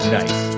nice